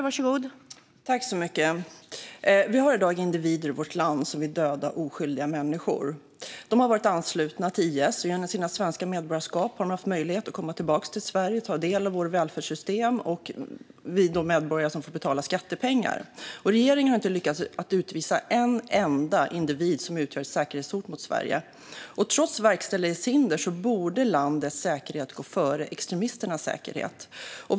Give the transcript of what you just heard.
Fru talman! Vi har i dag individer i vårt land som vill döda oskyldiga människor. De har varit anslutna till IS, och genom sina svenska medborgarskap har de haft möjlighet att komma tillbaka till Sverige och ta del av våra välfärdssystem. Vi medborgare får betala för detta med skattepengar. Regeringen har inte lyckats utvisa en enda individ som utgör ett säkerhetshot mot Sverige. Trots verkställighetshinder borde landets säkerhet gå före extremisternas säkerhet.